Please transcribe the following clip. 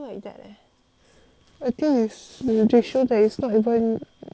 I think is just show that it is not even improving or what